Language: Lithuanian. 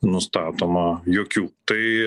nustatoma jokių tai